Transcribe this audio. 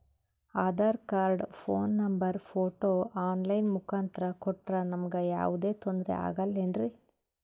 Aadhaar card, phone number, photo online ಮುಖಾಂತ್ರ ಕೊಟ್ರ ನಮಗೆ ಯಾವುದೇ ತೊಂದ್ರೆ ಆಗಲೇನ್ರಿ?